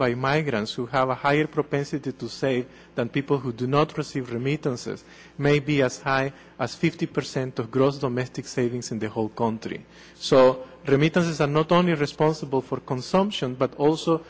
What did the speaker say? by migrants who have a higher propensity to say than people who do not receive remittances maybe as high as fifty percent of gross domestic savings in the whole country so remittances are not only responsible for consumption but also